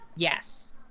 Yes